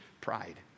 pride